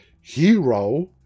hero